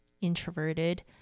introverted